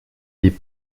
des